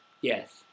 Yes